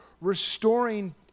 restoring